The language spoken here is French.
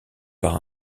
par